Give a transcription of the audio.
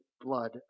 blood